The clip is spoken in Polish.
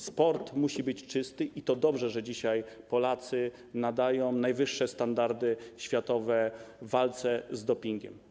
Sport musi być czysty i to dobrze, że dzisiaj Polacy nadają najwyższe standardy światowe walce z dopingiem.